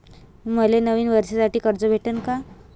मले नवीन वर्षासाठी कर्ज भेटन का?